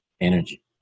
energy